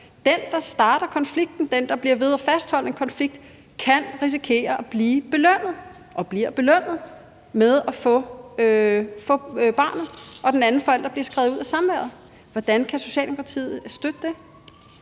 Den, der starter konflikten, den, der bliver ved med at fastholde en konflikt, kan risikere at blive belønnet og bliver belønnet med at få barnet, og den anden forælder bliver skrevet ud af samværet. Hvordan kan Socialdemokratiet støtte det?